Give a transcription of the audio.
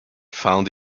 found